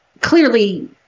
clearly